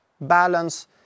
balance